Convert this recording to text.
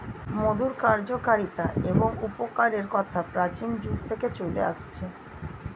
মধুর কার্যকারিতা এবং উপকারের কথা প্রাচীন যুগ থেকে চলে আসছে